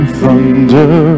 thunder